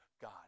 God